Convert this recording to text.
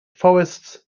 forests